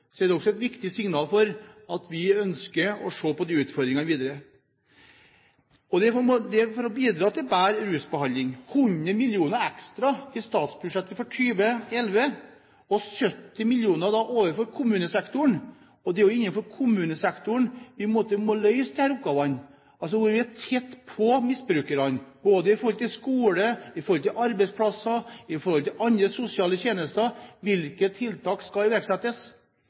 er det også et viktig signal om at vi ønsker å se på disse utfordringene videre, for å bidra til bedre rusbehandling. Med 100 mill. kr ekstra i statsbudsjettet for 2011, og 70 mill. til kommunesektoren – det er jo innenfor kommunesektoren vi må løse disse oppgavene, hvor vi er tett på misbrukerne, både når det gjelder skole, når det gjelder arbeidsplasser, når det gjelder andre sosiale tjenester – hvilke tiltak skal iverksettes,